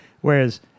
whereas